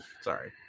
sorry